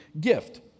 gift